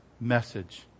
message